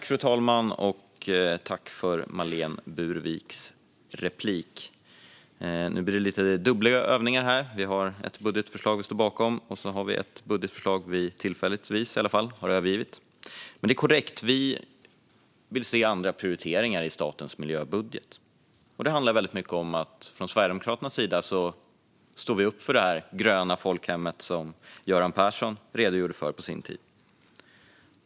Fru talman! Jag tackar för Marlene Burwicks replik. Nu blir det lite dubbla övningar här. Vi har ett budgetförslag som vi står bakom och ett som vi, tillfälligtvis i alla fall, har övergivit. Men det är korrekt att vi vill se andra prioriteringar i statens miljöbudget. Det handlar mycket om att vi från Sverigedemokraternas sida står upp för det gröna folkhem som Göran Persson redogjorde för på sin tid.